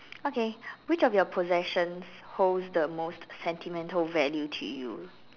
okay which of your possessions holds the most sentimental value to you